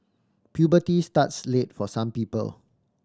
puberty starts late for some people